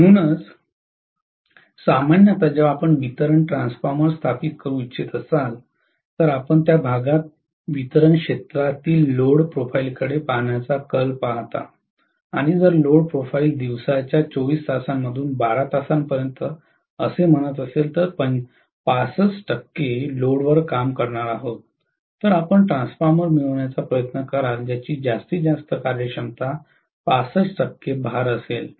म्हणूनच सामान्यत जेव्हा आपण वितरण ट्रान्सफॉर्मर स्थापित करू इच्छित असाल तर आपण त्या भागात वितरण क्षेत्रातील लोड प्रोफाइलकडे पाहण्याचा कल पाहता आणि जर लोड प्रोफाइल दिवसाच्या 24 तासांमधून 12 तासांपर्यंत असे म्हणत असेल तर 65 लोडवर काम करणार आहोत तर आपण ट्रान्सफॉर्मर मिळवण्याचा प्रयत्न कराल ज्याची जास्तीत जास्त कार्यक्षमता 65 भार असेल